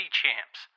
champs